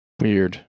Weird